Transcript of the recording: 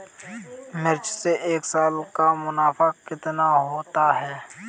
मिर्च से एक साल का मुनाफा कितना होता है?